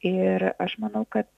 ir aš manau kad